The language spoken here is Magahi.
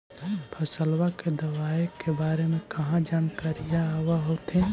फसलबा के दबायें के बारे मे कहा जानकारीया आब होतीन?